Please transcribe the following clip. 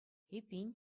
эппин